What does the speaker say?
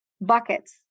buckets